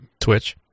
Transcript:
Twitch